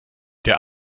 der